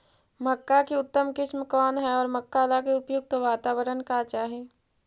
मक्का की उतम किस्म कौन है और मक्का लागि उपयुक्त बाताबरण का चाही?